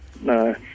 No